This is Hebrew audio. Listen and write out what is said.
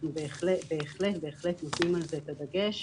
אנחנו בהחלט בהחלט נותנים על זה את הדגש,